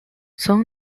son